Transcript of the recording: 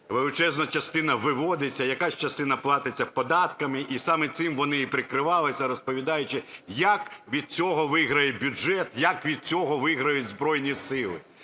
Величезна частина виводиться, якась частина платиться податками, і саме цим вони і прикривалися, розповідаючи, які від цього виграє бюджет, як від цього виграють Збройні Сили.